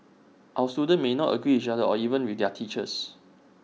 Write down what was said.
our students may not agree with each other or even with their teachers